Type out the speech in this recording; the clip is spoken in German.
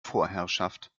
vorherrschaft